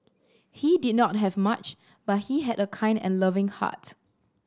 he did not have much but he had a kind and loving heart